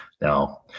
Now